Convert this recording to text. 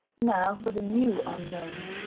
now for the new unknown,